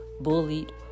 bullied